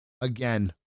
again